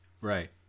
Right